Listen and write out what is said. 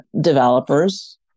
developers